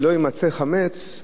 שלא יימצא חמץ,